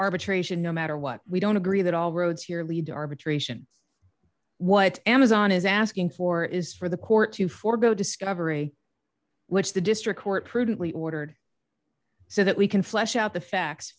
arbitration no matter what we don't agree that all roads here lead to arbitration what amazon is asking for is for the court to forego discovery which the district court prudently ordered so that we can flesh out the facts